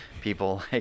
people